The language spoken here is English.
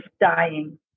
dying